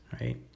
right